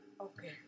Okay